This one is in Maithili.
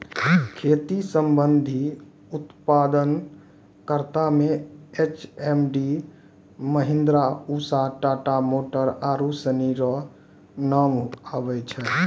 खेती संबंधी उप्तादन करता मे एच.एम.टी, महीन्द्रा, उसा, टाटा मोटर आरु सनी रो नाम आबै छै